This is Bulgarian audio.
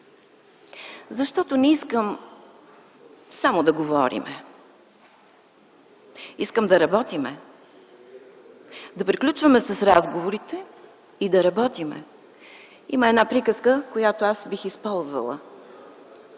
Защото не искам само да говорим. Искам да работим, да приключваме с разговорите и да работим. Има една приказка, която аз бих използвала: